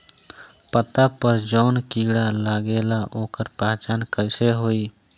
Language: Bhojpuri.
पत्ता पर जौन कीड़ा लागेला ओकर पहचान कैसे होई?